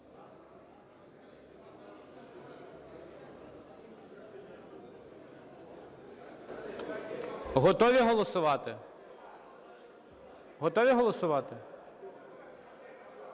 Готові голосувати? Готові голосувати?